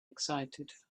excited